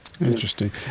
Interesting